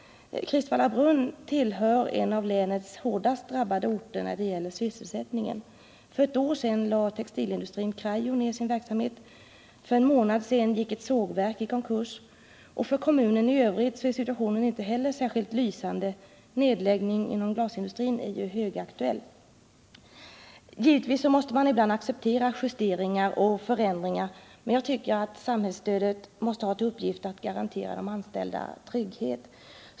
Kristvallabrunn är en av länets hårdast drabbade orter när det gäller sysselsättningen. För ett år sedan lade textilindustrin Krajo ned sin verksamhet. För en månad sedan gick ett sågverk i konkurs. För kommunen i övrigt är situationen inte heller särskilt lysande. Nedläggning inom glasindustrin är ju högaktuell. Givetvis måste man ibland acceptera justeringar och förändringar, men jag tycker att samhällsstödet måste ha till uppgift att garantera de anställda trygghet.